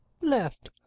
Left